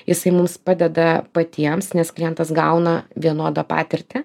jisai mums padeda patiems nes klientas gauna vienodą patirtį